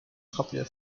popular